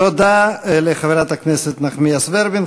תודה לחברת הכנסת איילת נחמיאס ורבין.